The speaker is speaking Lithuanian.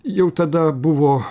jau tada buvo